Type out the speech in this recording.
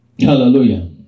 Hallelujah